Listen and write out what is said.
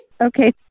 Okay